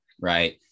Right